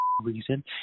reason